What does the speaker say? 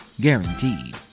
Guaranteed